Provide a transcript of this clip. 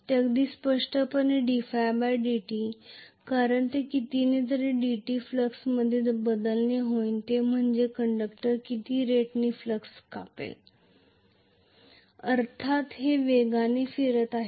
हे अगदी स्पष्टपणे dϕ dt कारण हा कितीने dt फ्लक्स मध्ये बदल होईन तो म्हणजे कंडक्टर किती रेट नी फ्लक्स कापेल अर्थात ते वेगाने फिरत आहेत